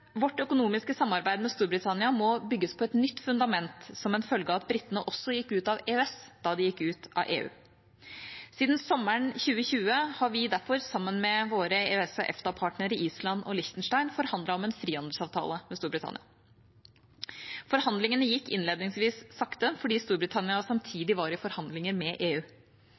Vårt økonomiske samarbeid med Storbritannia må bygges på et nytt fundament som en følge av at britene også gikk ut av EØS da de gikk ut av EU. Siden sommeren 2020 har vi derfor, sammen med våre EØS/EFTA-partnere Island og Liechtenstein, forhandlet om en frihandelsavtale med Storbritannia. Forhandlingene gikk innledningsvis sakte fordi Storbritannia samtidig var i forhandlinger med EU.